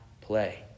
play